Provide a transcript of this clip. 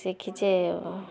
ଶିଖିଛି ଆଉ